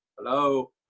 Hello